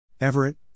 Everett